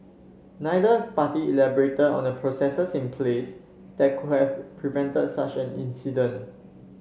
neither party elaborated on the processes in place that could have prevented such an incident